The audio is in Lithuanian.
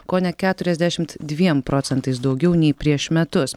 kone keturiasdešimt dviem procentais daugiau nei prieš metus